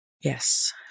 Yes